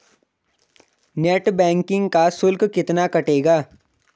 Net banking का शुल्क कितना कटेगा?